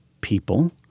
people